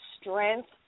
strength